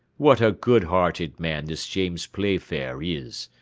what a good-hearted man this james playfair is!